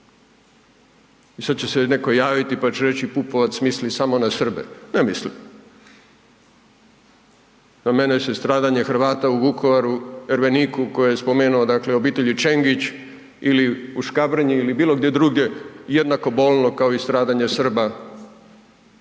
I sada će se neko javiti pa će reći Pupovac misli samo na Srbe, ne mislim. Na mene je stradanje Hrvata u Vukovaru, Erveniku koje je spomenuto dakle obitelji Čengić ili u Škabrnji ili bilo gdje drugdje jednako bolno kao i stradanje Srba